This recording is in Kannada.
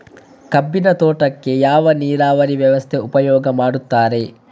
ಕಬ್ಬಿನ ತೋಟಕ್ಕೆ ಯಾವ ನೀರಾವರಿ ವ್ಯವಸ್ಥೆ ಉಪಯೋಗ ಮಾಡುತ್ತಾರೆ?